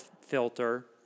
filter